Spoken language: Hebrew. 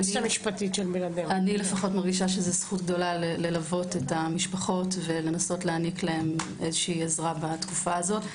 אני מרגישה שזה זכות ולנסות להעניק להם עזרה בתקופה הזאת.